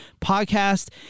podcast